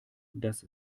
dass